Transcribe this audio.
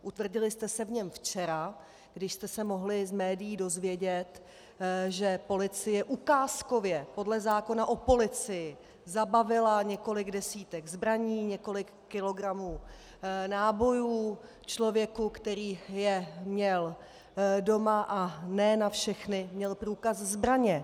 Utvrdili jste se v něm včera, když jste se mohli z médií dozvědět, že policie ukázkově podle zákona o policii zabavila několik desítek zbraní, několik kilogramů nábojů člověku, který je měl doma, a ne na všechny měl průkaz zbraně.